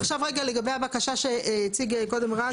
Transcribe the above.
עכשיו רגע, לגבי הבקשה שהציג קודם רז.